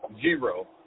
zero